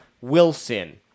Wilson